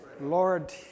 Lord